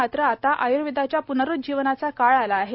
मात्र आता आय्र्वेदाच्या प्नरुज्जीवनाचा काळ आला आहे